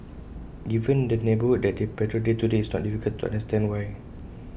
given the neighbourhood that they patrol day to day it's not difficult to understand why